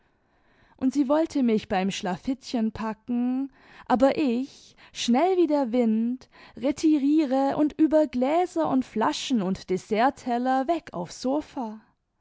und sie wollte mich beim schlafittchen packen aber ich schnell wie der wind retiriere und über gläser und flaschen und dessertteller weg aufs sofa